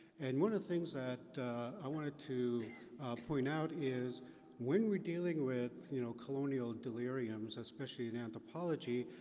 and one of the things that i wanted to point out is when we're dealing with, you know, colonial deliriums, especially in anthropology,